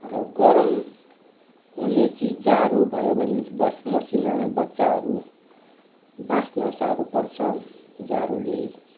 र गरम हुने चिज जाडो भयो भने बस मसिना बच्चाहरू बाँच्न साह्रो पर्छ जाडोले